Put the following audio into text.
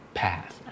path